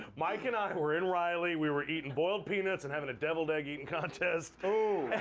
mike and i were in raleigh, we were eating boiled peanuts and having a deviled egg eating contest.